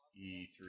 e3